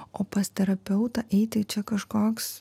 o pas terapeutą eiti čia kažkoks